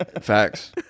facts